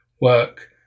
work